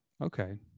Okay